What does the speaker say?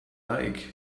like